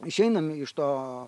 išeinam iš to